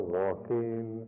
walking